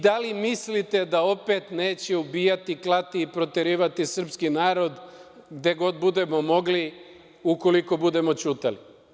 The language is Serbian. Da li mislite da opet neće ubijati, klati i proterivati srpski narod gde god budu mogli, ukoliko budemo ćutali?